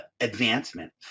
advancement